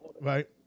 right